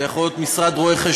זה יכול להיות משרד רואי-חשבון.